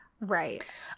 Right